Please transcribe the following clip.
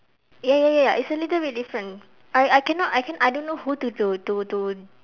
ya ya ya it's a little bit different I I cannot I can~ I don't know who to to to to